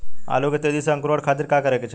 आलू के तेजी से अंकूरण खातीर का करे के चाही?